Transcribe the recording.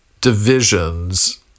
divisions